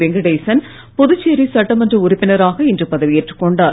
வெங்கடேசன் புதுச்சேரி சட்டமன்ற உறுப்பினராக இன்று பதவியேற்றுக் கொண்டார்